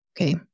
Okay